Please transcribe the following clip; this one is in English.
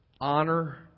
Honor